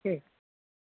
ठीक